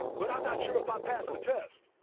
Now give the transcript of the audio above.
but i'm not sure if i pass the test.